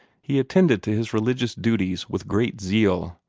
he attended to his religious duties with great zeal,